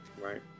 right